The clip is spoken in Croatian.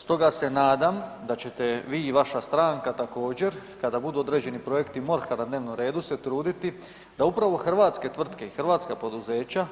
Stoga se nadam da ćete vi i vaša stranka također kada budu određeni projekti MORH-a na dnevnom redu se truditi da upravo hrvatske tvrtke i hrvatska poduzeća